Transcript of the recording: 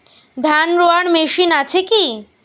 ধান রোয়ার মেশিন আছে কি?